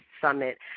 summit